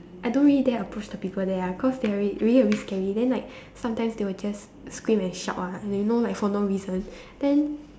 I don't really dare approach the people there ah cause they are really really a bit scary then like sometimes they will just scream and shout ah you know like for no reason then